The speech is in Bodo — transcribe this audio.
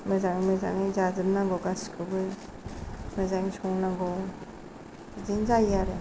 मोजाङै मोजाङै जाजोबनांगौ गासिबखौबो मोजाङै संनांगौ बिदिनो जायो आरो